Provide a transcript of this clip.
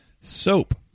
soap